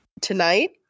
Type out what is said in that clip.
tonight